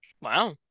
Wow